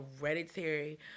hereditary